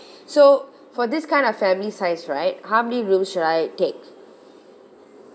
so for this kind of family size right how many rooms should I take